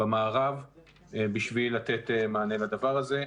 במערב בשביל לתת מענה לדבר הזה.